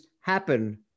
happen